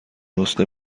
نسخه